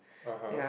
(uh huh)